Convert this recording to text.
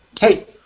Hey